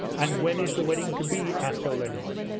and when is the wedding to be asked olenin,